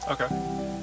Okay